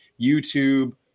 YouTube